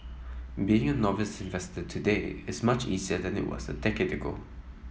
being a novice investor today is much easier than it was a decade ago